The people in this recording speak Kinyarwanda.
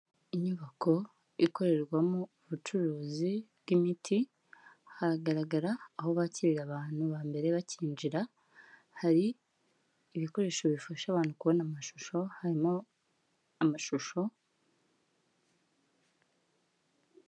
Inyubako ikorerwamo ubucuruzi bw'imiti, haragaragara aho bakirira abantu ba mbere bakinjira, hari ibikoresho bifasha abantu kubona amashusho harimo amashusho.